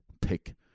pick